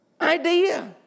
idea